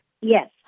Yes